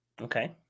Okay